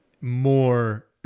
More